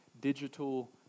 digital